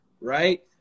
right